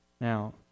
Now